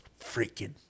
freaking